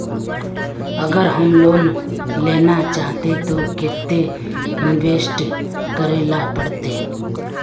अगर हम लोन लेना चाहते तो केते इंवेस्ट करेला पड़ते?